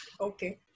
Okay